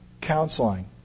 counseling